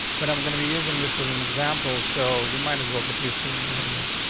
but i'm gonna be using this is an example. so you might as well get used to it right away.